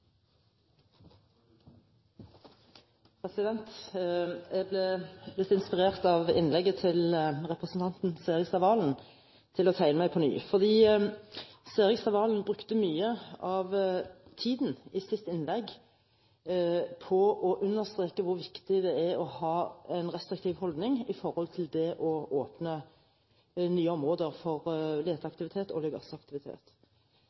til å tegne meg på ny. Serigstad Valen brukte i sitt innlegg mye av tiden til å understreke hvor viktig det er å ha en restriktiv holdning til det å åpne nye områder for